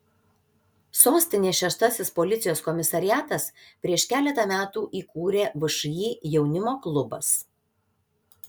sostinės šeštasis policijos komisariatas prieš keletą metų įkūrė všį jaunimo klubas